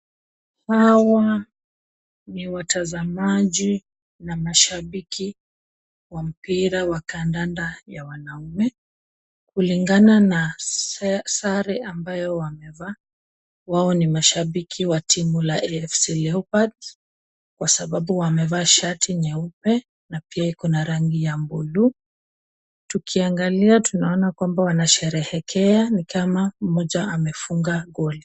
Hawa ni watazamaji na mashabiki wa mpira wa kandanda ya wanaume. Kulingana na sare ambayo wamevaa hao ni mashabiki wa timu ya AFC Leopards, kwa sababu wamevaa shati nyeupe na pia iko na rangi ya bluu tukiangalia tunaona kwamba wanasherehekea ni kama mmoja amefunga goli.